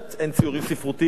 הן ציורים ספרותיים,